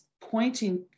pointing